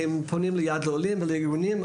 הם פונים ליד לעולים ול ---.